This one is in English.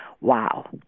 wow